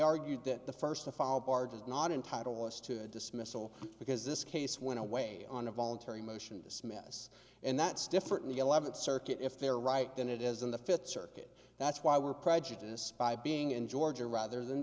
argued that the first to file bar does not entitle us to a dismissal because this case went away on a voluntary motion this mess and that's different in the eleventh circuit if they're right than it is in the fifth circuit that's why we're prejudice by being in georgia rather th